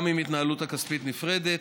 גם אם ההתנהלות הכספית נפרדת.